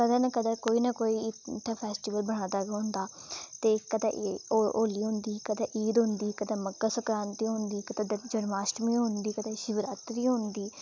कदें ना कदें कोई ना कोई इत्थें फेस्टिवल बना दा गै होंदा ते कदें होली होंदी कदें ईद होंदी कदें मकर सक्रांति होंदी कदें जन्माष्टमी होंदी कदें शिवरात्रि होंदी